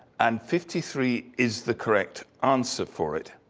and fifty three is the correct answer for it.